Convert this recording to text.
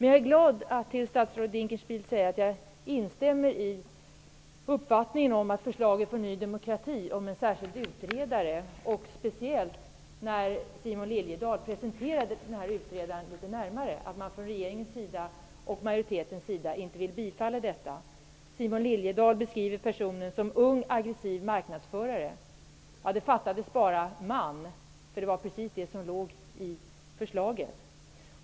Jag är glad att jag kan säga till statsrådet Dinkelspiel att jag instämmer i uppfattningen om att förslaget från Ny demokrati om en särskild utredare -- speciellt med tanke på hur Simon Liliedahl presenterade utredaren litet närmare -- inte skall bifallas från regeringens och majoritetens sida. Simon Liliedahl beskriver personen som en ung, aggressiv marknadsförare. Det fattas bara man -- det var precis det som låg i förslaget.